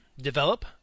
develop